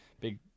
big